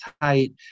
tight